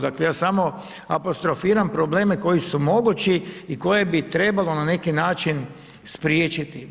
Dakle ja samo apostrofiram probleme koji su mogući i koje bi trebalo na neki način spriječiti.